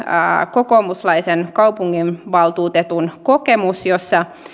kokoomuslaisen kaupunginvaltuutetun kokemus jossa